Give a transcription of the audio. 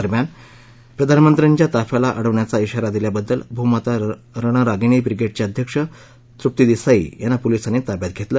दरम्यान प्रधानमंत्र्यांच्या ताफ्याला अडवण्याचा श्राारा दिल्याबद्दल भूमाता रणरागिणी ब्रिगेडच्या अध्यक्ष तृप्ती देसाई यांना पोलिसांनी ताब्यात घेतलं